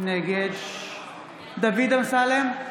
נגד דוד אמסלם,